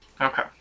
Okay